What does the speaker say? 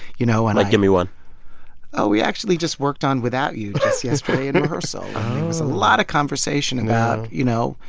you know? and i. like, give me one we actually just worked on without you just yesterday in rehearsal. it was a lot of conversation about, you know,